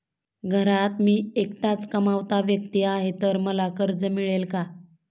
घरात मी एकटाच कमावता व्यक्ती आहे तर मला कर्ज मिळेल का?